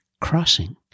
crossing